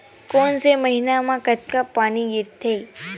कोन से महीना म कतका पानी गिरथे?